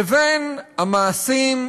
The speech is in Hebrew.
לבין המעשים,